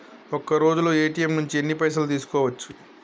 ఒక్కరోజులో ఏ.టి.ఎమ్ నుంచి ఎన్ని పైసలు తీసుకోవచ్చు?